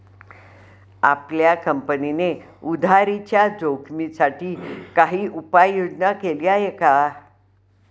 आपल्या कंपनीने उधारीच्या जोखिमीसाठी काही उपाययोजना केली आहे का?